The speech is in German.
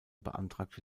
beantragte